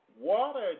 water